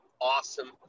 awesome